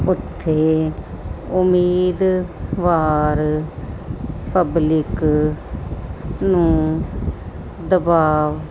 ਉੱਥੇ ਉਮੀਦਵਾਰ ਪਬਲਿਕ ਨੂੰ ਦਬਾਵ